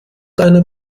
deine